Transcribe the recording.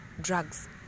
drugs